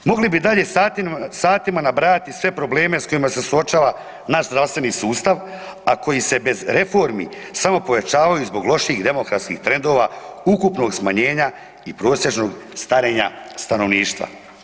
Mogli bi dalje satima nabrajati sve problema s kojima se suočava naš zdravstveni sustav, a koji se bez reformi samo povećavaju zbog loših demokratskih trendova ukupnog smanjenja i prosječnog starenja stanovništva.